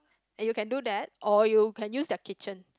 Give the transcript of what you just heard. you can do that or you can use their kitchen